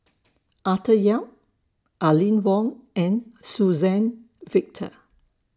Arthur Yap Aline Wong and Suzann Victor